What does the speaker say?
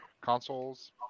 consoles